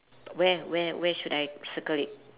where where where should I circle it